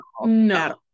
No